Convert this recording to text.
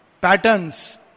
Patterns